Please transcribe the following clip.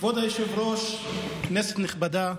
כבוד היושב-ראש, כנסת נכבדה,